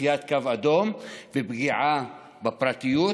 חציית קו אדום ופגיעה בפרטיות,